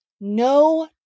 No